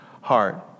heart